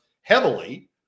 heavily